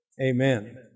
Amen